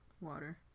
water